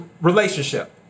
relationship